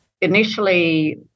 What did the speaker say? Initially